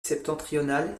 septentrionale